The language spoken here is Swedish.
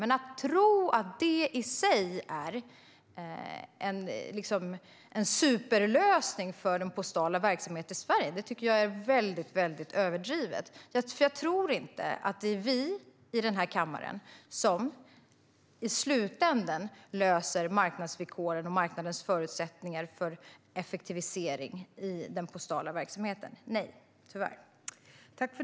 Men att det i sig skulle vara en superlösning för den postala verksamheten i Sverige tycker jag är väldigt överdrivet, för jag tror inte att det är vi i den här kammaren som i slutänden löser marknadsvillkoren och marknadens förutsättningar för effektivisering i den postala verksamheten - nej, tyvärr.